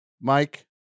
Mike